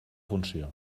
funció